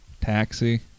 Taxi